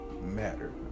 matter